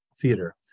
Theater